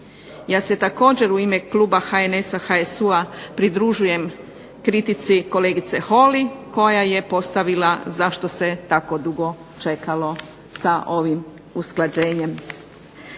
Ja se također u ime kluba HNS-a, HSU-a pridružujem kritici kolegice Holy koja je postavila zašto se tako dugo čekalo sa ovim usklađenjem.